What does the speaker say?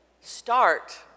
start